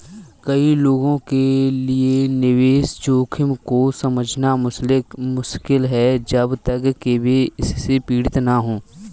कई लोगों के लिए निवेश जोखिम को समझना मुश्किल है जब तक कि वे इससे पीड़ित न हों